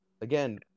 again